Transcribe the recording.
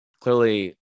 clearly